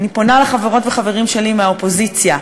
אני פונה לחברות ולחברים שלי מהאופוזיציה: